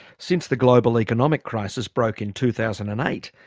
since the global economic crisis broke in two thousand and eight,